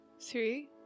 three